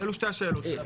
אלו שתי השאלות שלי.